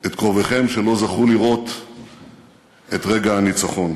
את קרוביכם שלא זכו לראות את רגע הניצחון.